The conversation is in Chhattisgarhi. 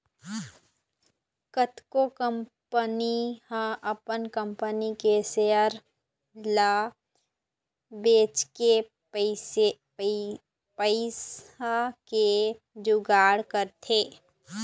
कतको कंपनी ह अपन कंपनी के सेयर ल बेचके पइसा के जुगाड़ करथे